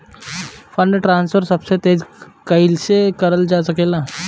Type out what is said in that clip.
Fund transfer सबसे तेज कइसे करल जा सकेला?